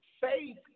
Faith